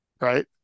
Right